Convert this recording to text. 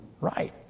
right